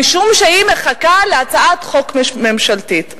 משום שהיא מחכה להצעת חוק ממשלתית.